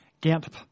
Gamp